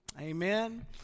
Amen